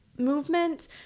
movement